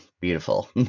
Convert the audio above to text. Beautiful